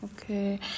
Okay